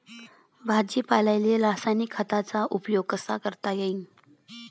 भाजीपाल्याले रासायनिक खतांचा उपयोग कसा करता येईन?